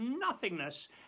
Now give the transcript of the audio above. nothingness